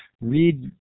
read